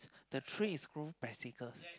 the tree is grow bicycles